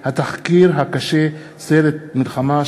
של חברת הכנסת יפעת קריב בנושא: התחקיר הקשה "סרט מלחמה",